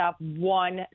one